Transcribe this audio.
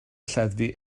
lleddfu